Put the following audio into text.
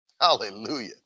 Hallelujah